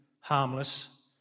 harmless